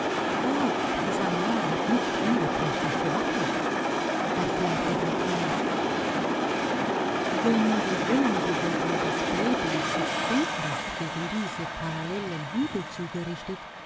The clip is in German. die sannah hat nicht unbeträchtlich gewackelt erklärte der diener wenn die wellenbewegung des bebens sich senkrecht gegen diese parallelen hügelzüge richtete